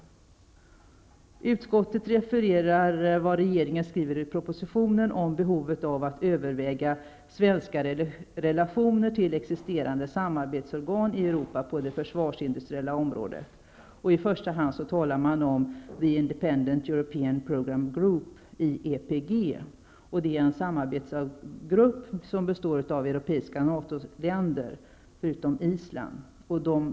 Utskottet refererar vad regeringen skriver i propositionen om behovet av att överväga svenska relationer till existerande samarbetsorgan i Europa på det försvarsindustriella området. I första hand talar man om The Independant European Programme Group, IEPG. Det är en samarbetsgrupp som består av europeiska NATO länder förutom Island.